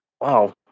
Wow